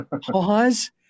pause